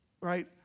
right